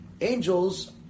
angels